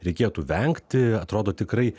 reikėtų vengti atrodo tikrai